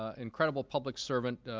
ah incredible public servant,